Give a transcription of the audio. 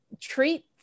treat